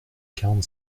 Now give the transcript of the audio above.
quarante